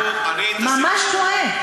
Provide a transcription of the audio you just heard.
ממש טועה.